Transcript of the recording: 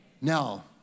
Now